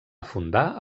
fundar